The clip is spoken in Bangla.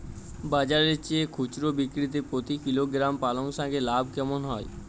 বাজারের চেয়ে খুচরো বিক্রিতে প্রতি কিলোগ্রাম পালং শাকে লাভ কেমন হয়?